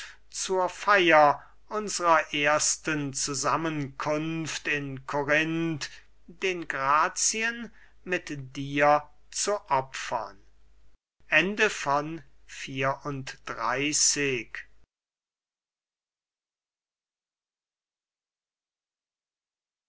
zur feier unsrer ersten zusammenkunft in korinth den grazien mit dir zu opfern xxxv